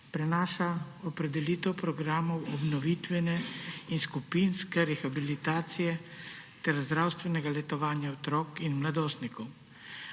prenaša opredelitev programov obnovitvene in skupinske rehabilitacije ter zdravstvenega letovanja otrok in mladostnikov.